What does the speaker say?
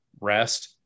rest